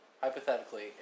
hypothetically